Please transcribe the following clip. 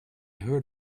heard